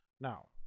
Now